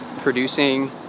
producing